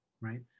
right